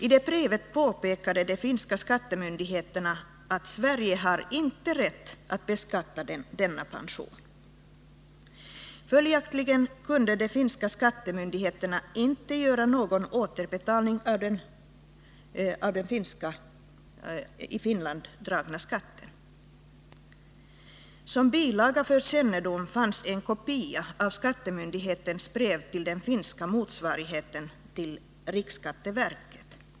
I det brevet påpekade de finska skattemyndigheterna att Sverige inte har rätt att beskatta denna pension. Följaktligen kunde de finska skattemyndigheterna inte göra någon återbetalning av den i Finland dragna skatten. Som bilaga för kännedom fanns en kopia av skattemyndighetens brev till den finska motsvarigheten till riksskatteverket.